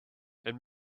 and